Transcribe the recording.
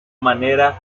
manera